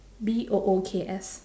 B O O K S